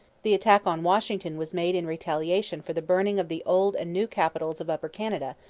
the attack on washington was made in retaliation for the burning of the old and new capitals of upper canada,